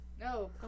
No